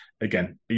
again